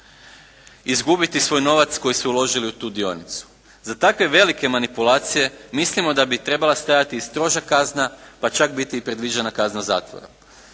izgubiti svoj novac koji su uložili u tu dionicu. Za takve velike manipulacije mislimo da bi trebala stajati stroža kazna pa čak biti i predviđena kazna zatvora.